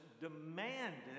demanded